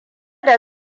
da